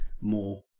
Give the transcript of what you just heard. more